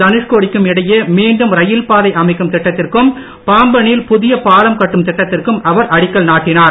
தனுஷ்கோடிக்கும் இடையே மீண்டும் ரயில்பாதை அமைக்கும் திட்டத்திற்கும் பாம்பனில் புதிய பாலம் கட்டும் திட்டத்திற்கும் அவர் அடிக்கல் நாட்டினார்